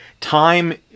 time